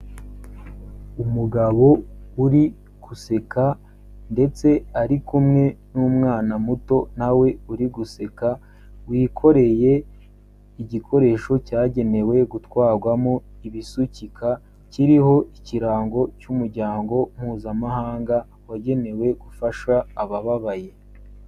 Umugabo uri guseka ndetse ari kumwe n'umwana muto na we uri guseka wikoreye igikoresho cyagenewe gutwarwamo ibisukika kiriho ikirango cy'umuryango mpuzamahanga wagenewe gufasha abababaye.